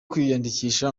kwiyandikisha